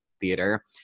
theater